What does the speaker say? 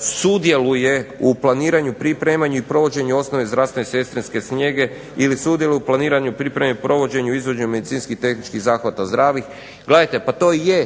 sudjeluje u planiranju, pripremanju i provođenju osnovne zdravstvene sestrinske njege ili sudjeluje u planiranju, pripremi i provođenju i izvođenju medicinskih tehničkih zahvata zdravih. Gledajte, pa to je